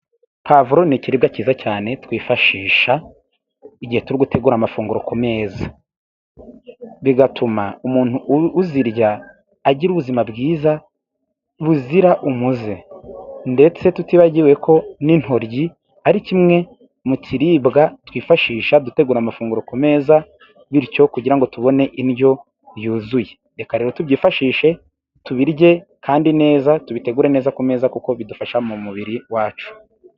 Pavururo ni ikiribwa cyiza cyane twifashisha, igihe turigutegura amafunguro ku meza. Bigatuma umuntu uzirya agira ubuzima bwiza, buzira umuze. Ndetse tutibagiwe ko n'intoryi ari kimwe mu kiribwa twifashisha dutegura amafunguro ku meza bityo kugira ngo tubone indyo yuzuye. Reka rero tubyifashishe, tubirye, kandi neza tubitegure neza ku meza kuko bidufasha mu mubiri wacu.